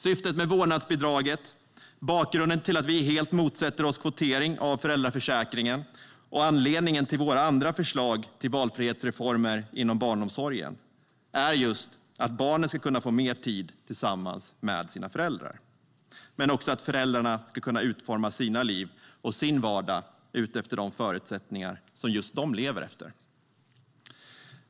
Syftet med vårdnadsbidraget och bakgrunden till att vi helt motsätter oss kvotering av föräldraförsäkringen samt anledningen till våra andra förslag till valfrihetsreformer inom barnomsorgen är just att barnen ska kunna få mer tid tillsammans med sina föräldrar men också att föräldrarna ska kunna utforma sina liv och sin vardag utifrån just sina förutsättningar.